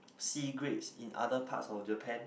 sea grapes in other parts of Japan